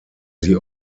sie